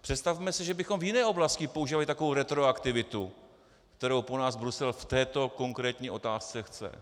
Představme si, že bychom v jiné oblasti používali takovou retroaktivitu, kterou po nás Brusel v této konkrétní otázce chce.